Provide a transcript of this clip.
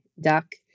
duck